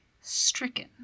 stricken